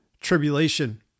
tribulation